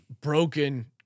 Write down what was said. Broken